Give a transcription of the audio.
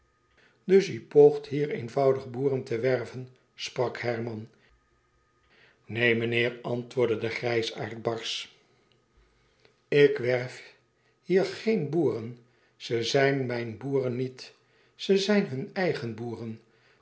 dus u poogt hier eenvoudig boeren te werven sprak herman neen meneer antwoordde de grijsaard barsch ik werf hier geen boeren ze zijn mijn boeren niet ze zijn hun eigen boeren